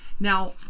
Now